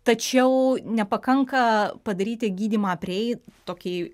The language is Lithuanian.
tačiau nepakanka padaryti gydymą prieit tokį